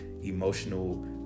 emotional